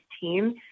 team